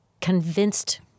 convinced